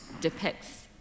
depicts